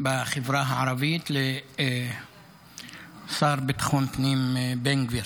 בחברה הערבית לשר לביטחון פנים בן גביר,